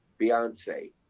Beyonce